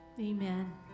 Amen